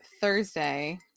Thursday